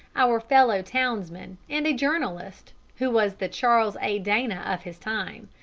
our fellow-townsman, and a journalist who was the charles a. dana of his time.